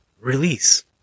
release